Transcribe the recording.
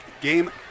game